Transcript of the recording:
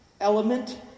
element